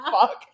fuck